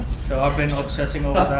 so i've been obsessing